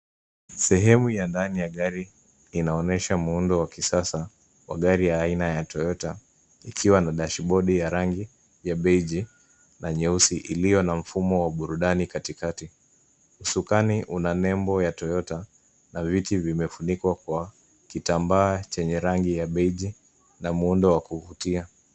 Sehemu ya ndani ya gari inaonyesha muundo wa kisasa wa gari aina ya Toyota ikiwa na dashboard ya rangi ya beige na nyeusi iliyo na mfumo wa burudani katikati. Usukani una nembo ya Toyota na viti vimefunikwa kwa kitambaa chenye rangi ya beige na muundo wa kuvutia.